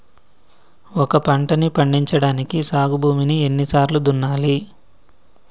ఒక పంటని పండించడానికి సాగు భూమిని ఎన్ని సార్లు దున్నాలి?